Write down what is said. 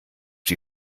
die